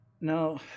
Now